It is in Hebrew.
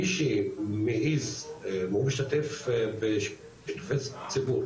מי שמעז והוא משתתף בשיתופי ציבור